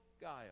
guile